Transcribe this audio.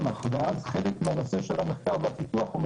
מחקר בתרופה אחרת, והן פשוט חונקות את המחקר.